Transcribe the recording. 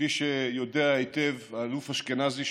כפי שיודע היטב האלוף אשכנזי,